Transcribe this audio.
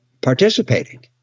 participating